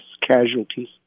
casualties